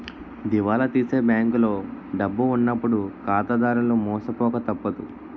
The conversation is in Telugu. దివాలా తీసే బ్యాంకులో డబ్బు ఉన్నప్పుడు ఖాతాదారులు మోసపోక తప్పదు